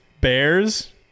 bears